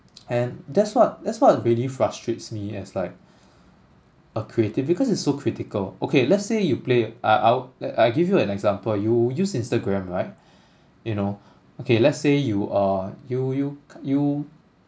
and that's what that's what really frustrates me as like a creative because it's so critical okay let's say you play I I'll I give you an example you use instagram right you know okay let's say you uh you you you